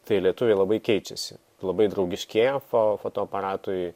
tai lietuviai labai keičiasi labai draugiškėja fo fotoaparatui